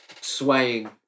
swaying